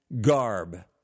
garb